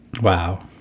Wow